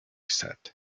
said